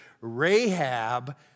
Rahab